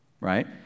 right